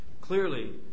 Clearly